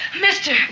mister